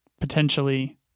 Potentially